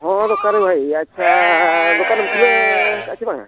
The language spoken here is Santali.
ᱦᱚᱲ ᱚᱠᱟᱨᱮᱢ ᱦᱮᱡ ᱟᱪᱪᱷᱟ ᱫᱚᱠᱟᱱᱮᱢ ᱠᱷᱩᱞᱟᱹᱣ ᱠᱟᱜᱼᱟ ᱥᱮ ᱵᱟᱝᱟ